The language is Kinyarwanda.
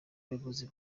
abayobozi